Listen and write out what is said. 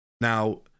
Now